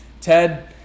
Ted